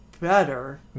better